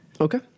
Okay